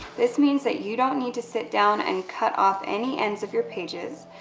this means that you don't need to sit down and cut off any ends of your pages,